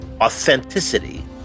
authenticity